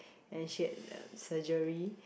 and she had a surgery